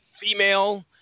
female